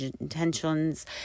intentions